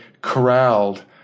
corralled